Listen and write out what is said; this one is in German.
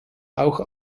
auch